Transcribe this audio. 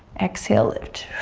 exhale lift,